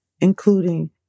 including